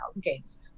games